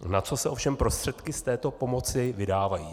Na co se ovšem prostředky z této pomoci vydávají?